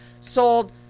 sold